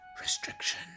restriction